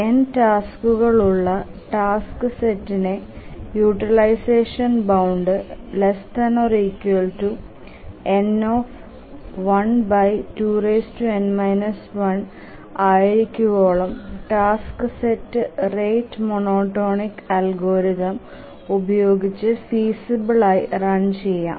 N ടാസ്കുകൾ ഉള്ള task സെറ്റിന്റെ യൂട്ടിലൈസഷൻ ബൌണ്ട് n12n 1 ആയിരിക്കുവോളം task set rate monotonic algorithm ഉപയോഗിച്ച് ഫീസിബിൽ ആയി റൺ ചെയാം